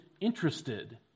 interested